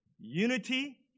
Unity